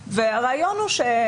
העברה לחו"ל מעל מיליון שקלים.